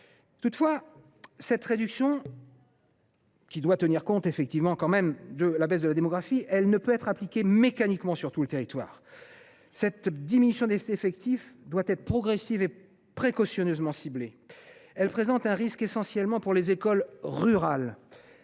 effectifs, qui doit tout de même tenir compte de la baisse de la démographie, ne peut être appliquée mécaniquement sur tout le territoire. Elle doit être progressive et précautionneusement ciblée. Elle présente un risque essentiellement pour les écoles rurales,